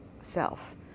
self